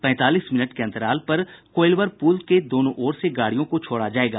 पैंतालीस मिनट के अंतराल पर कोईलवर पुल के दोनों ओर से गाड़ियों को छोड़ा जायेगा